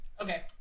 Okay